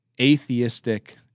atheistic